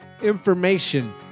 information